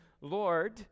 Lord